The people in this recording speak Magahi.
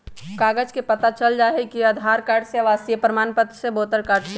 कागज से पता चल जाहई, आधार कार्ड से, आवासीय प्रमाण पत्र से, वोटर कार्ड से?